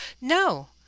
no